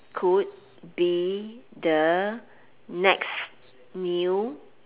could be the next new